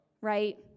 right